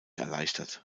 erleichtert